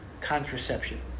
contraception